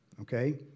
Okay